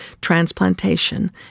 Transplantation